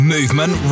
Movement